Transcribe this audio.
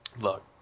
Look